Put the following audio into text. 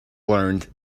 learned